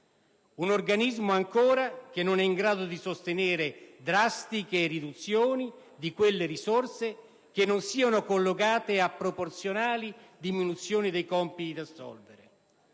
un organismo che non è in grado di sostenere drastiche riduzioni di risorse che non siano collegate a proporzionali diminuzioni dei compiti da assolvere.